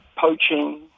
poaching